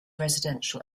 residential